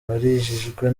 barijijwe